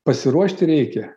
pasiruošti reikia